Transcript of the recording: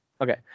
Okay